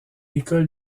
école